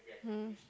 mm